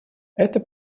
это